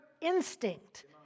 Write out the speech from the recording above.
instinct